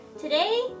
Today